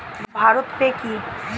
ভারত পে কি?